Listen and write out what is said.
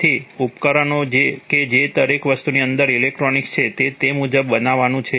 તેથી ઉપકરણો કે જે દરેક વસ્તુની અંદર ઇલેક્ટ્રોનિક્સ છે તે તે મુજબ બનાવવાનું છે